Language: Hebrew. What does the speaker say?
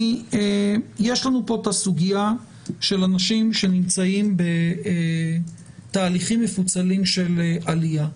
יש לנו כאן את הסוגיה של אנשים שנמצאים בתהליכים מפוצלים של עלייה.